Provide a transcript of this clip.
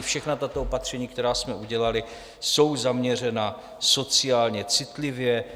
Všechna tato opatření, která jsme udělali, jsou zaměřena sociálně citlivě.